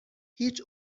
هیچ